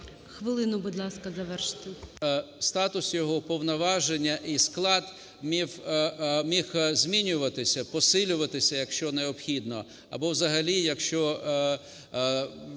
Хвилину, будь ласка, завершуйте. НЕМИРЯ Г.М. …статус його, повноваження і склад міг змінюватися, посилюватися, якщо необхідно. Або взагалі, якщо